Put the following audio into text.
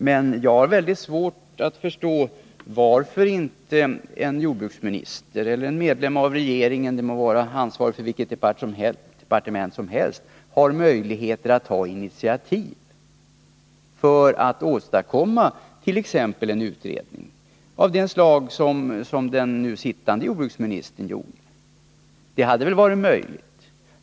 Men jag har väldigt svårt att förstå varför inte en jordbruksminister eller någon annan medlem av regeringen, han må vara ansvarig för vilket departement som helst, har möjlighet att ta initiativ för att åstadkomma t.ex. en utredning av det slag som den nu sittande jordbruksministern har gjort. Det hade mycket väl varit möjligt.